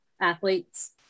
athletes